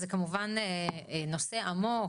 זה כמובן נושא עמוק,